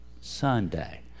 Sunday